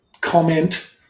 comment